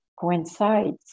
coincides